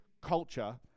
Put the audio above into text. culture